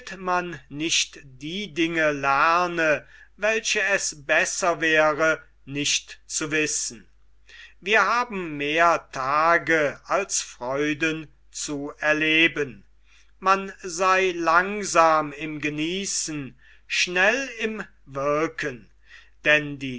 man nicht die dinge lerne welche es besser wäre nicht zu wissen wir haben mehr tage als freuden zu erleben man sei langsam im genießen schnell im wirken denn die